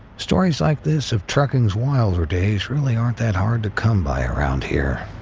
stories like this of trucking's wilder days really aren't that hard to come by around here.